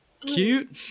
Cute